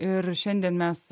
ir šiandien mes